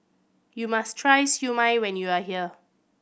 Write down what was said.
you must try Siew Mai when you are here